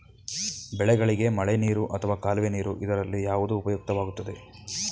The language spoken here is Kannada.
ಬೆಳೆಗಳಿಗೆ ಮಳೆನೀರು ಅಥವಾ ಕಾಲುವೆ ನೀರು ಇದರಲ್ಲಿ ಯಾವುದು ಉಪಯುಕ್ತವಾಗುತ್ತದೆ?